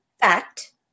fact